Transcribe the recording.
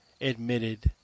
admitted